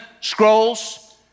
scrolls